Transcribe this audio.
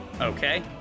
Okay